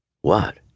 What